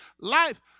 life